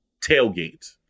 tailgate